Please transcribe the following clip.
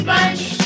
Bunch